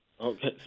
Okay